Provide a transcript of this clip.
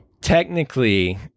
technically